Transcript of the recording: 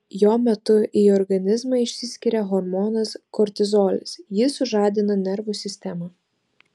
jo metu į organizmą išsiskiria hormonas kortizolis jis sužadina nervų sistemą